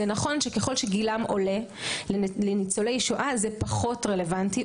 נכון שככל שגילם עולה --- לניצולי שואה זה פחות רלוונטי,